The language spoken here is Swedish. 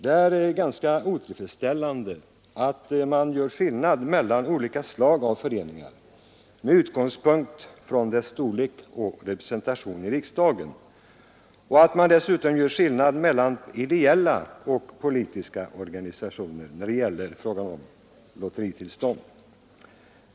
Det är ganska otillfredsställande att man gör skillnad mellan olika slag av föreningar med utgångspunkt från föreningarnas storlek och representation i riksdagen och att man dessutom gör skillnad mellan ideella och politiska organisationer när det blir fråga om att ge lotteritillstånd.